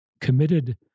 committed